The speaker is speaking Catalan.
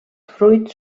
fruits